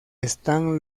están